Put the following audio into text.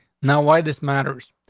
now why this matters?